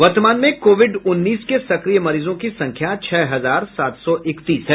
वर्तमान में कोविड उन्नीस के सक्रिय मरीजों की संख्या छह हजार सात सौ इकतीस है